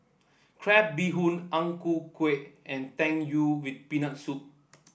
Crab Bee Hoon Ang Ku Kueh and Tang Yuen with Peanut Soup